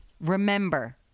Remember